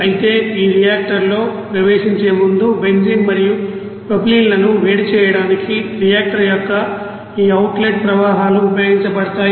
అయితే ఈ రియాక్టర్లోకి ప్రవేశించే ముందు బెంజీన్ మరియు ప్రొపైలిన్లను వేడి చేయడానికి రియాక్టర్ యొక్క ఈ అవుట్లెట్ ప్రవాహాలు ఉపయోగించబడతాయి